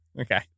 Okay